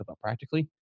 practically